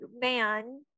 man